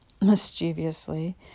mischievously